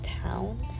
town